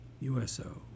USO